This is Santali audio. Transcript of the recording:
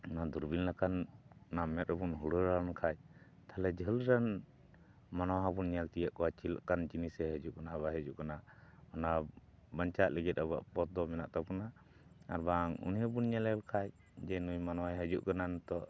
ᱚᱱᱟ ᱫᱩᱨᱵᱤᱱ ᱞᱮᱠᱟᱱ ᱚᱱᱟ ᱢᱮᱫ ᱨᱮᱵᱚᱱ ᱦᱩᱲᱟᱹᱲ ᱟᱱ ᱠᱷᱟᱡ ᱛᱟᱦᱚᱞᱮ ᱡᱷᱟᱹᱞ ᱨᱮᱱ ᱢᱟᱱᱣᱟ ᱦᱚᱸᱵᱚᱱ ᱧᱮᱞ ᱛᱤᱭᱳᱜ ᱠᱚᱣᱟ ᱪᱮᱫ ᱞᱮᱠᱟᱱ ᱡᱤᱱᱤᱥᱮ ᱦᱤᱡᱩᱜ ᱠᱟᱱᱟ ᱵᱟᱭ ᱦᱤᱡᱩᱜ ᱠᱟᱱᱟ ᱚᱱᱟ ᱵᱟᱧᱪᱟᱜ ᱞᱟᱹᱜᱤᱫ ᱟᱵᱚᱣᱟᱜ ᱯᱚᱫ ᱫᱚ ᱢᱮᱱᱟᱜ ᱛᱟᱵᱚᱱᱟ ᱟᱨ ᱵᱟᱝ ᱩᱱᱤ ᱦᱚᱸᱵᱚᱱ ᱧᱮᱞᱮ ᱞᱮᱠᱷᱟᱱ ᱡᱮ ᱱᱩᱭ ᱢᱟᱱᱣᱟᱣ ᱦᱤᱡᱩᱜ ᱠᱟᱱᱟ ᱱᱤᱛᱚᱜ